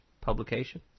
publication